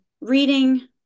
reading